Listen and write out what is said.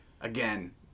again